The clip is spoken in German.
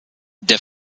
der